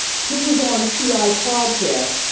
he was on t i s podcast,